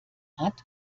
hat